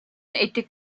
était